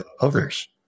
others